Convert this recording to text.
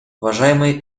уважаемые